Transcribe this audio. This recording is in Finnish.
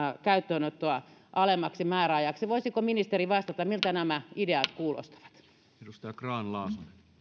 käyttöönottoa alemmaksi määräajaksi voisiko ministeri vastata miltä nämä ideat kuulostavat